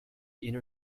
inner